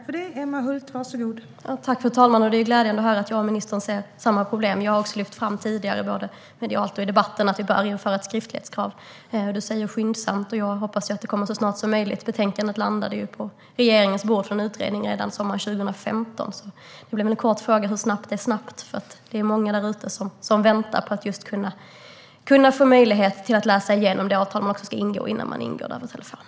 Fru talman! Det är glädjande att höra att jag och ministern ser samma problem. Jag har också lyft fram tidigare, både medialt och i debatten, att vi bör införa ett skriftlighetskrav. Ministern talar om att göra detta skyndsamt, och jag hoppas att det sker så snart som möjligt. Betänkandet landade på regeringens bord för en utredning redan sommaren 2015. Jag undrar därför: Hur snabbt är snabbt? Det är många där ute som väntar på att kunna få möjlighet att läsa igenom det avtal som man ska ingå innan man ingår det över telefon.